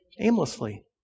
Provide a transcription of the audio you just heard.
aimlessly